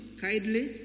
kindly